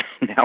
now